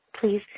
please